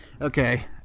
Okay